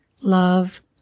love